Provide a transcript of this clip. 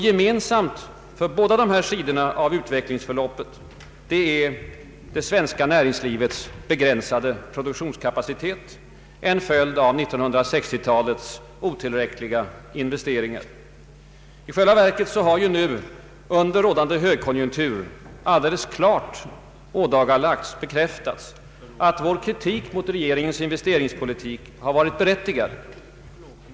Gemensamt för båda dessa sidor av utvecklingsförloppet är det svenska näringslivets begränsade produktionskapacitet, en följd av 1960-talets otillräckliga investeringar. I själva verket har under nu rådande högkonjunktur alldeles klart bekräftats att vår kritik mot regeringens investeringspolitik varit berättigad.